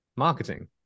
marketing